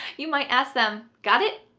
you might ask them, got it?